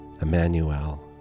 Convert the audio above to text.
Emmanuel